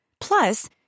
Plus